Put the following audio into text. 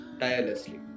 tirelessly